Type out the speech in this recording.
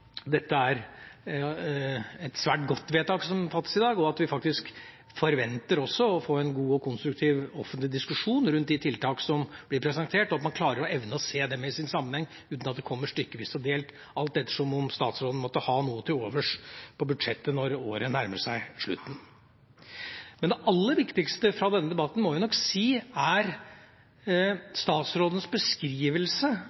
er et svært godt vedtak som fattes i dag, og vi forventer faktisk også å få en god og konstruktiv offentlig diskusjon rundt de tiltak som blir presentert, og at man evner å se dem i sin sammenheng uten at det kommer stykkevis og delt – alt etter om statsråden måtte ha noe til overs på budsjettet når året nærmer seg slutten. Men det aller viktigste fra denne debatten må vi nok si er statsrådens beskrivelse